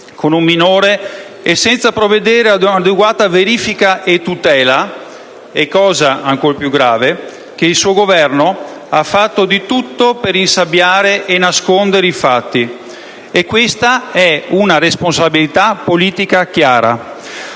con un minore, e senza provvedere ad un'adeguata verifica e tutela? Cosa ancora più grave è che il suo Governo ha fatto di tutto per insabbiare e nascondere i fatti. Questa è una responsabilità politica chiara.